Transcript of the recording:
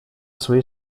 своей